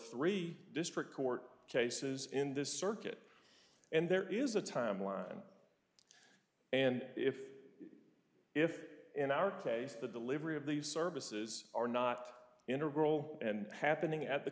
three district court cases in this circuit and there is a timeline and if if in our case the delivery of these services are not in a roll and happening at the